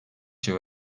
şey